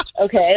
Okay